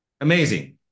amazing